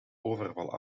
overval